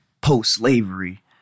post-slavery